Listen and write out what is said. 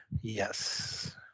Yes